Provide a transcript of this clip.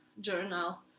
journal